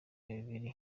bibiri